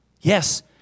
Yes